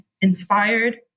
Inspired